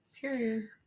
Period